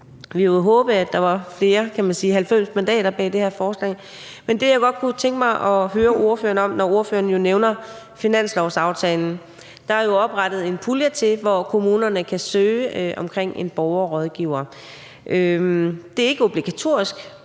Vi havde jo håbet, at der var flere, man kan sige 90 mandater, bag det her forslag. Men jeg kunne godt tænke mig at høre ordføreren om noget, når ordføreren nu nævner finanslovsaftalen. Der er jo oprettet en pulje, hvor kommunerne kan søge om en borgerrådgiver. Det er ikke obligatorisk,